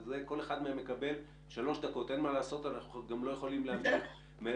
אז כל אחד מהם יקבל שלוש דקות כי אנחנו לא יכולים להמשיך מעבר ל-11:00.